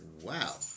wow